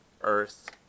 earth